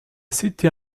city